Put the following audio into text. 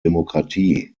demokratie